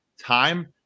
time